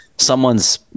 Someone's